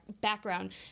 background